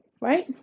right